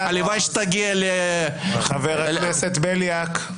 הלוואי שתגיע --- חבר הכנסת בליאק.